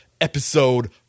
episode